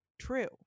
True